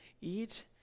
eat